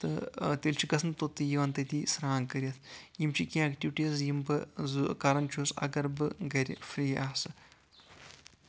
تہٕ تیٚلہِ چھِ گژھان توٚتٕے یِوان تٔتی سران کٔرِتھ یِم چھِ کینٛہہ ایٚکٹیٚوٹیز یِم بہٕ کران چھُس اگر بہٕ گرِ فری آسہٕ